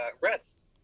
rest